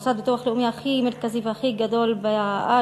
המוסד לביטוח לאומי הכי מרכזי והכי גדול בארץ,